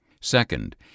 Second